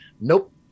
nope